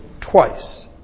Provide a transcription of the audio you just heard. twice